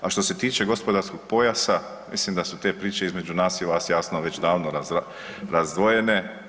A što se tiče gospodarskog pojasa, mislim da su te priče između nas i vas jasno već davno razdvojene.